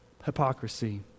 hypocrisy